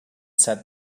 said